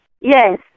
Yes